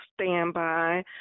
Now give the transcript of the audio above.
standby